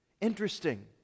Interesting